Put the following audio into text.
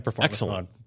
Excellent